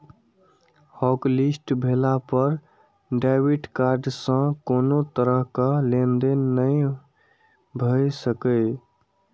hotlist भेला पर debit card सं कोनो तरहक लेनदेन नहि भए सकैए